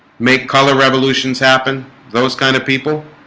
make color revolutions happen those kind of people